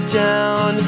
down